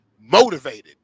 motivated